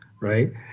right